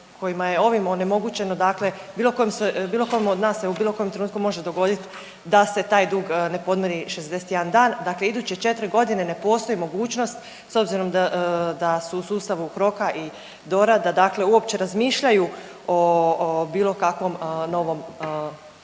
kojima je ovim onemogućeno dakle bilo kom od nas u bilo kojem trenutku može dogodit da se taj dug ne podmiri 61 dan, dakle iduće četri godine ne postoji mogućnost s obzirom da su u sustavu HROK-a i DOR-a da dakle uopće razmišljaju o bilo kakvom novom kreditu.